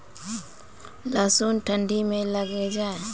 लहसुन ठंडी मे लगे जा?